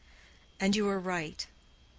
and you were right.